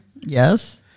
yes